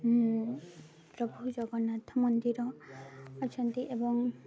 ପ୍ରଭୁ ଜଗନ୍ନାଥ ମନ୍ଦିର ଅଛନ୍ତି ଏବଂ